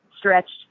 stretched